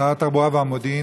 שר התחבורה והמודיעין,